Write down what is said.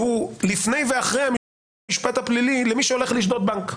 לפני ואחרי המשפט הפלילי למי שהולך לשדוד בנק.